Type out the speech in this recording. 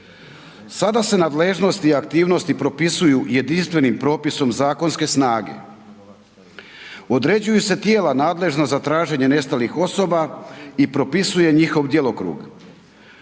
Sada se nadležnosti i aktivnosti propisuju jedinstvenim propisom zakonske snage. Određuju se tijela nadležna za traženje nestalih osoba i propisuje njihov djelokrug.